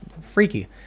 freaky